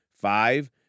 Five